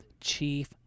chief